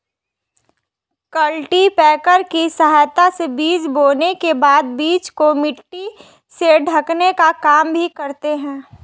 cultipacker की सहायता से बीज बोने के बाद बीज को मिट्टी से ढकने का काम भी करते है